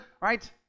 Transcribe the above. right